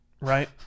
Right